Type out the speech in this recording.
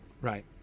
Right